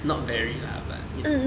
not very lah but you know